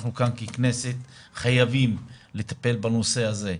אנחנו כאן ככנסת חייבים לטפל בנושא הזה,